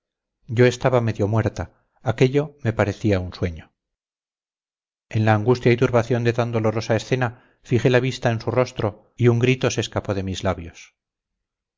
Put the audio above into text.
yo estaba medio muerta aquello me parecía un sueño en la angustia y turbación de tan dolorosa escena fijé la vista en su rostro y un grito se escapó de mis labios